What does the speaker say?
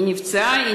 היא נפצעה,